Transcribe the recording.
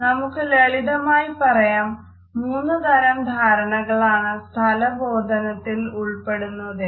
നമുക്ക് ലളിതമായി പറയാം മൂന്നു തരം ധാരണകളാണ് സ്ഥല ബോധനത്തിൽ ഉൾപ്പെടുന്നതെന്ന്